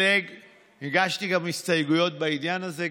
הגשתי גם הסתייגויות בעניין הזה.